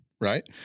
right